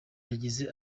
yagize